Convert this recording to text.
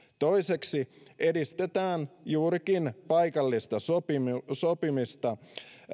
toiseksi edistetään juurikin paikallista sopimista sopimista